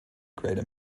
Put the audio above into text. greater